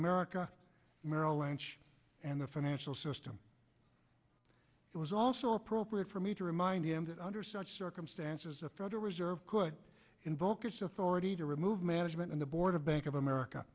america merrill lynch and the financial system it was also appropriate for me to remind him that under such circumstances the federal reserve could invoke a sofa already to remove management and the board of bank of america